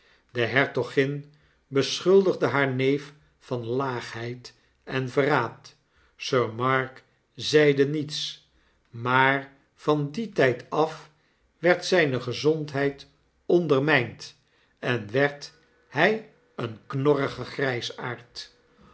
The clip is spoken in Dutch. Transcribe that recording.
de hertogin beschuldigde haar neef van laagheid en verraad sir mark zeide niets maar van dien tyd af werd zijne gezondheid ondermynd en werd hy een